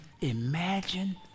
imagine